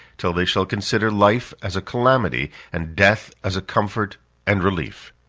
till they shall consider life as a calamity, and death as a comfort and relief.